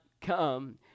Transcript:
come